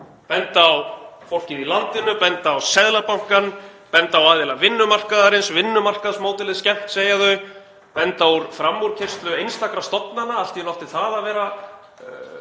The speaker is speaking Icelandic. benda á fólkið í landinu, benda á Seðlabankann, benda á aðila vinnumarkaðarins, vinnumarkaðsmódelið skemmt, segja þau, benda á framúrkeyrslu einstakra stofnana, allt í einu átti það að vera